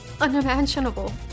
unimaginable